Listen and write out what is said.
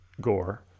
gore